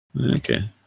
Okay